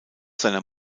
seiner